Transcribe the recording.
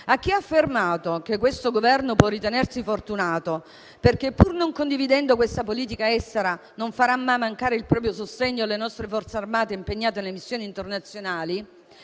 A chi ha affermato che questo Governo può ritenersi fortunato perché, pur non condividendo questa politica estera, non farà mai mancare il proprio sostegno alle Forze armate impegnate nelle missioni internazionali,